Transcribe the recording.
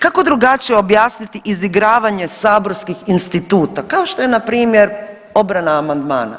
Kako drugačije objasniti izigravanje saborskih instituta kao što je npr. obrana amandmana?